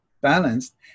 balanced